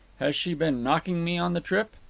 has she been knocking me on the trip?